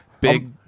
big